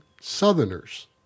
Southerners